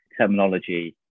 terminology